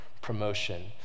promotion